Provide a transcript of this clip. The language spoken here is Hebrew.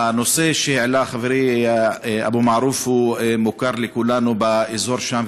הנושא שהעלה חברי אבו מערוף מוכר לכולנו באזור שם,